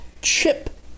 chip